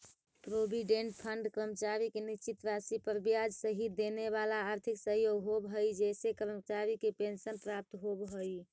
provident fund कर्मचारी के निश्चित राशि पर ब्याज सहित देवेवाला आर्थिक सहयोग होव हई जेसे कर्मचारी के पेंशन प्राप्त होव हई